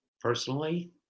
personally